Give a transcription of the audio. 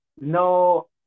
no